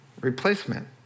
replacement